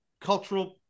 cultural